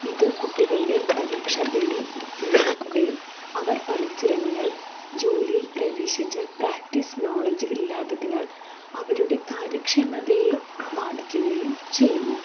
ഇത് കുട്ടികളുടെ പരീക്ഷാപ്പേടി ഉണ്ടാക്കുകയും അവർ പഠിച്ചിറങ്ങിയാൽ ജോലിയിൽ പ്രവേശിച്ച് പ്രാക്റ്റീസ് നോലെഡ്ജ് ഇല്ലാത്തതിനാൽ അവരുടെ കാര്യക്ഷമതയെ ബാധിക്കുകയും ചെയ്യുന്നു